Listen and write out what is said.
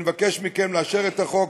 אני מבקש מכם לאשר את החוק,